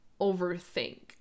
overthink